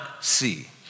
see